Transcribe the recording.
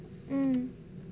mm